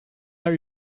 are